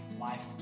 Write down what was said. life